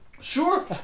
Sure